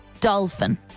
dolphin